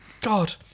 God